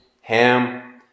ham